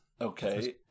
Okay